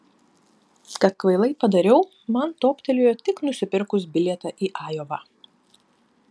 kad kvailai padariau man toptelėjo tik nusipirkus bilietą į ajovą